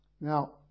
Now